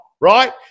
right